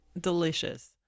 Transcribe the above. Delicious